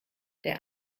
der